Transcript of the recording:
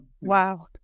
Wow